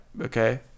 Okay